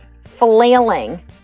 Flailing